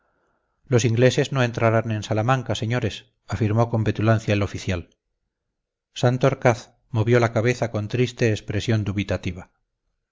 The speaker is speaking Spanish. los ingleses no entrarán en salamanca señores afirmó con petulancia el oficial santorcaz movió la cabeza con triste expresión dubitativa